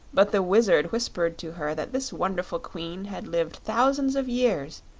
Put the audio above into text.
but the wizard whispered to her that this wonderful queen had lived thousands of years,